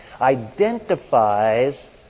identifies